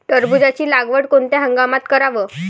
टरबूजाची लागवड कोनत्या हंगामात कराव?